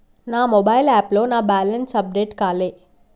నా మొబైల్ యాప్లో నా బ్యాలెన్స్ అప్డేట్ కాలే